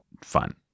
fun